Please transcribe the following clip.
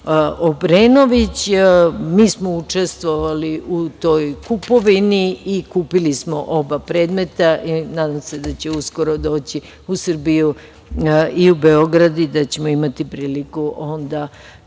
Obrenović. Mi smo učestvovali u toj kupovini i kupili smo oba predmeta. Nadam se da će uskoro doći u Srbiju i u Beograd i da ćemo imati priliku onda